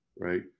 right